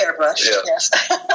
Yes